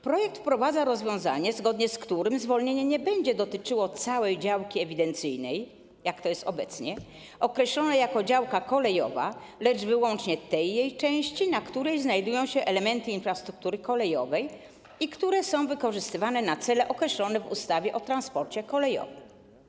Projekt wprowadza rozwiązanie, zgodnie z którym zwolnienie nie będzie dotyczyło całej działki ewidencyjnej, jak to jest obecnie, określonej jako działka kolejowa, lecz wyłącznie tej jej części, na której znajdują się elementy infrastruktury kolejowej, które są wykorzystywane do celów określonych w ustawie o transporcie kolejowym.